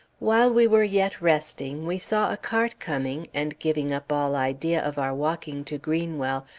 while we were yet resting, we saw a cart coming, and, giving up all idea of our walking to greenwell,